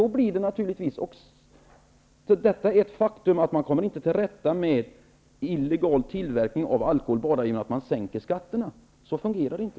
Det är ett faktum att man inte kommer till rätta med illegal tillverkning av alkohol bara genom att sänka skatterna. Så fungerar det inte.